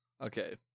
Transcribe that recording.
okay